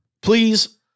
please